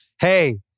hey